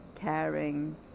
caring